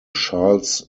charles